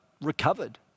recovered